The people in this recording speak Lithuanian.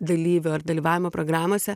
dalyvio ar dalyvavimo programose